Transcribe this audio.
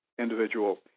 individual